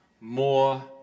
more